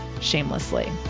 shamelessly